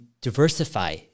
diversify